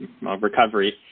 recovery